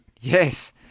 Yes